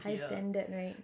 high standard right